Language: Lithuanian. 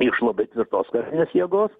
iš labai tvirtos karinės jėgos